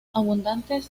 abundantes